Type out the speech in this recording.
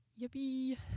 Yippee